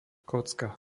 kocka